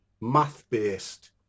math-based